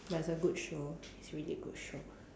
but it's a good show it's really a good show